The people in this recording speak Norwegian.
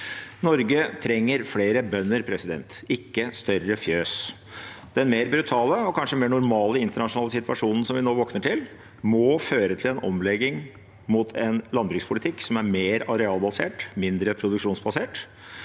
Norge trenger flere bønder, ikke større fjøs. Den mer brutale situasjonen, og kanskje mer normale internasjonale situasjonen som vi nå våkner til, må føre til en omlegging mot en landbrukspolitikk som er mer arealbasert og mindre produksjonsbasert.